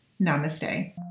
Namaste